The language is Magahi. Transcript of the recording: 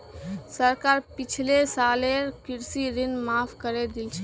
सरकार पिछले सालेर कृषि ऋण माफ़ करे दिल छेक